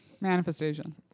Manifestation